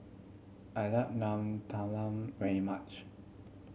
I like nam talam very much